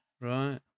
Right